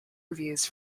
reviews